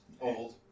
old